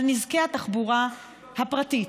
על נזקי התחבורה הפרטית,